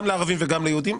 גם לערבים וגם ליהודים.